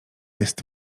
jest